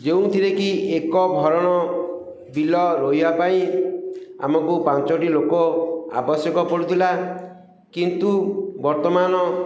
ଯେଉଁଥିରେକି ଏକ ଭରଣ ବିଲ ରୋଇବା ପାଇଁ ଆମକୁ ପାଞ୍ଚଟି ଲୋକ ଆବଶ୍ୟକ ପଡ଼ୁଥିଲା କିନ୍ତୁ ବର୍ତ୍ତମାନ